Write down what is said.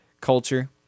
culture